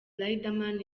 riderman